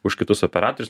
už kitus operatorius